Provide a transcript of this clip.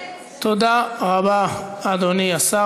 תודה רבה, אדוני השר.